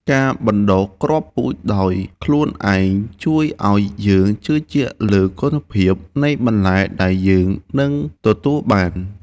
ការបណ្តុះគ្រាប់ពូជដោយខ្លួនឯងជួយឱ្យយើងជឿជាក់លើគុណភាពនៃបន្លែដែលយើងនឹងទទួលបាន។